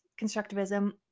constructivism